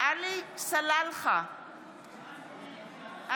עלי סלאלחה,